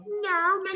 No